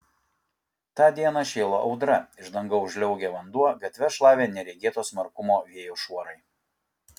tą dieną šėlo audra iš dangaus žliaugė vanduo gatves šlavė neregėto smarkumo vėjo šuorai